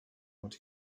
what